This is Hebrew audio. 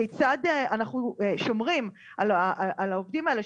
כיצד אנחנו שומרים על העובדים האלה,